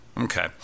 Okay